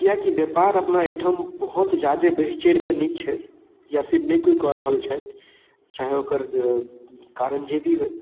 किएकि व्यापार अपना एहिठाम बहुत जादे बढ़ि चढ़ि कऽ नहि छै या फेर नहि कोइ कऽ रहल छथि चाहे ओकर कारण जे भी होइ